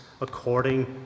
according